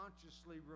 consciously